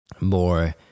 more